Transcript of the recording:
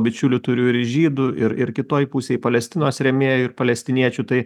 bičiulių turiu ir žydų ir ir kitoj pusėj palestinos rėmėjų ir palestiniečių tai